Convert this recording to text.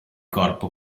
corpo